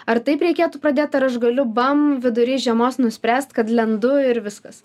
ar taip reikėtų pradėt ar aš galiu bam vidury žiemos nuspręst kad lendu ir viskas